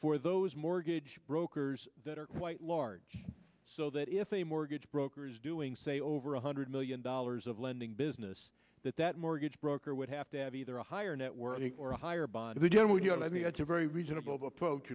for those mortgage brokers that are quite large so that if a mortgage broker is doing say over one hundred million dollars of lending business that that mortgage broker would have to have either a higher net worth or a higher bond the general you know i think that's a very reasonable approach